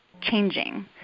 changing